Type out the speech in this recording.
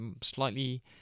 slightly